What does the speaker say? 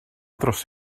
dros